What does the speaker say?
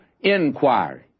inquiry